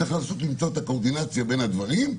צריך לנסות למצוא את הקואורדינציה בין הדברים.